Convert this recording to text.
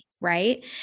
Right